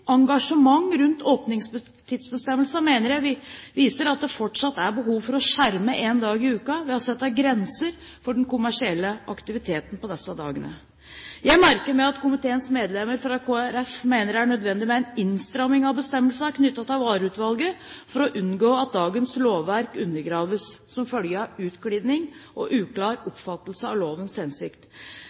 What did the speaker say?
Engasjementet rundt åpningstidsbestemmelsene mener jeg viser at det fortsatt er behov for å skjerme én dag i uken ved å sette grenser for den kommersielle aktiviteten på disse dagene. Jeg merker meg at komiteens medlem fra Kristelig Folkeparti mener det er nødvendig med en innstramming av bestemmelser knyttet til vareutvalg for å unngå at dagens lovverk undergraves som følge av utglidning og uklar oppfattelse av lovens hensikt.